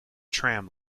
tram